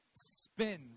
spin